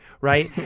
right